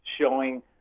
showing